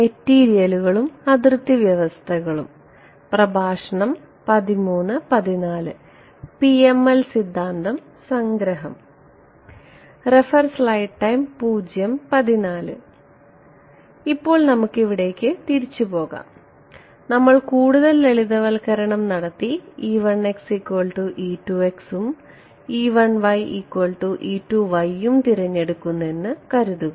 PML സിദ്ധാന്തം സംഗ്രഹം ഇപ്പോൾ നമുക്ക് ഇവിടേക്ക് തിരിച്ചു പോകാം നമ്മൾ കൂടുതൽ ലളിതവൽക്കരണം നടത്തി ഉം ഉം തിരഞ്ഞെടുത്തെന്ന് കരുതുക